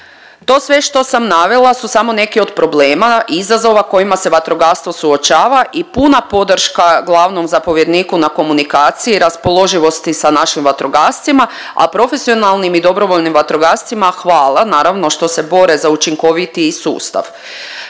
To sve što sam navela su samo neki od problema i izazova s kojima se vatrogastvo suočava i puna podrška glavnom zapovjedniku na komunikaciji, raspoloživosti sa našim vatrogascima, a profesionalnim i dobrovoljnim vatrogascima hvala naravno što se bore za učinkovitiji sustav,